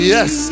Yes